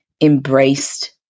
embraced